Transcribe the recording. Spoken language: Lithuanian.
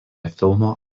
filmo